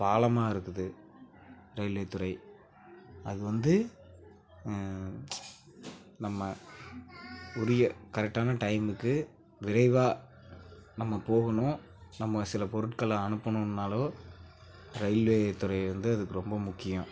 பாலமாக இருக்குது ரயில்வே துறை அது வந்து நம்ம உரிய கரெக்டான டைமுக்கு விரைவாக நம்ம போகணும் நம்ம சில பொருட்களை அனுப்பணுன்னாலோ ரயில்வே துறை வந்து அதுக்கு ரொம்ப முக்கியம்